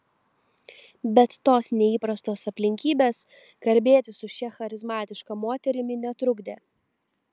bet tos neįprastos aplinkybės kalbėtis su šia charizmatiška moterimi netrukdė